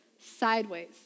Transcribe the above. sideways